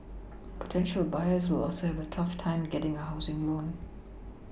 potential buyers will also have a tough time getting a housing loan